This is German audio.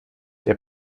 der